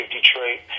Detroit